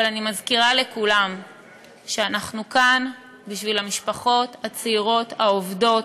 אבל אני מזכירה לכולם שאנחנו כאן בשביל המשפחות הצעירות העובדות,